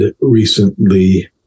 recently